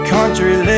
Country